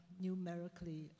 numerically